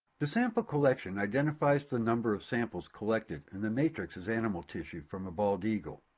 the sample collection identifies the number of samples collected and the matrix as animal tissue from a bald eagle.